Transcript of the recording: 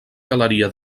galeria